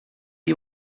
you